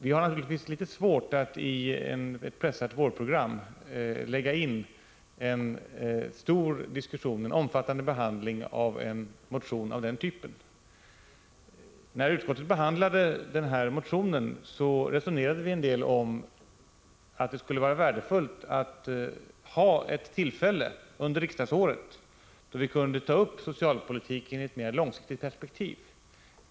Det är naturligtvis litet svårt att i ett pressat vårprogram planera in en omfattande behandling av en motion av den här typen. När vi i utskottet behandlade motionen resonerade vi en del om att det skulle vara värdefullt att få tillfälle att under riksmötet behandla socialpolitiken i ett mer långsiktigt perspektiv.